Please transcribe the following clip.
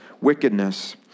wickedness